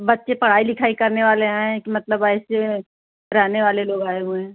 बच्चे पढ़ाई लिखाई करने वाले हैं कि मतलब ऐसे रहने वाले लोग आए हुए हैं